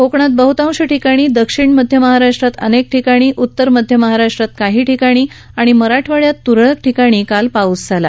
कोकणात बह्तांश ठिकाणी दक्षिण मध्य महाराष्ट्रात अनेक ठिकाणी उत्तर मध्य महाराष्ट्रात काही ठिकाणी आणि मराठवाडयात तुरळक ठिकाणी काल पाऊस पडला